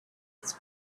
its